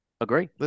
Agree